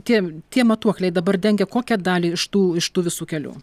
tie tie matuokliai dabar dengia kokią dalį iš tų iš tų visų kelių